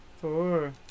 four